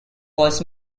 was